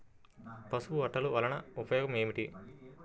పసుపు అట్టలు వలన ఉపయోగం ఏమిటి?